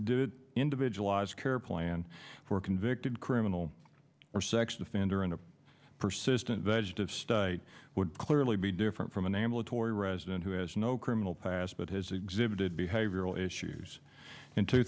it individualized care plan for convicted criminal or sex offender in a persistent vegetative state would clearly be different from a nambla tory resident who has no criminal past but has exhibited behavioral issues in two